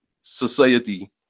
society